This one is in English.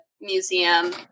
museum